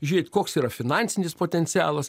žiūrėt koks yra finansinis potencialas